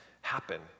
happen